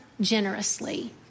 generously